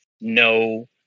no